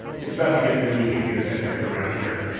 it's about to get really heliocentric around here.